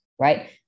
right